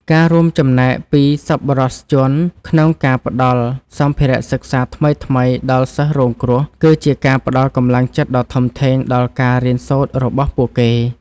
ការរួមចំណែកពីសប្បុរសជនក្នុងការផ្តល់សម្ភារៈសិក្សាថ្មីៗដល់សិស្សរងគ្រោះ គឺជាការផ្តល់កម្លាំងចិត្តដ៏ធំធេងដល់ការរៀនសូត្ររបស់ពួកគេ។